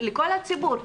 לכל הציבור.